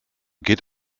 geht